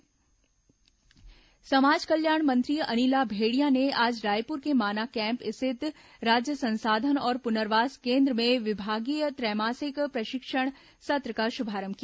भेंडिया प्रशिक्षण सत्र समाज कल्याण मंत्री अनिला भेंडिया ने आज रायपुर के माना कैम्प स्थित राज्य संसाधन और पुनर्वास केन्द्र में विभागीय त्रैमासिक प्रशिक्षण सत्र का शुभारंभ किया